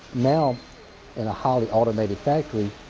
now in a highly automated factory,